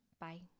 Bye